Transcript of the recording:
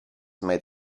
made